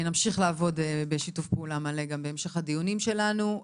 נמשיך לעבוד בשיתוף פעולה מלא גם בהמשך הדיונים שלנו.